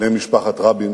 בני משפחת רבין,